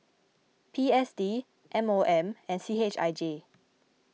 P S D M O M and C H I J